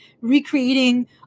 recreating